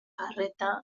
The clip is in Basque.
arreta